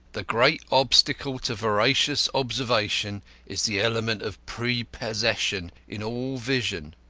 the great obstacle to veracious observation is the element of prepossession in all vision.